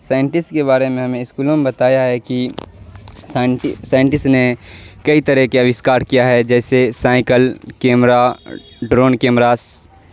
scientist کے بارے میں ہمیں اسکولوں میں بتایا ہے کہ سائن سائنٹسٹ نے کئی طرح کے آوسکار کیا ہے جیسے سائیکل کیمرہ ڈرون کیمرس